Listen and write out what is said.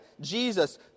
Jesus